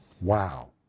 Wow